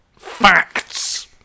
facts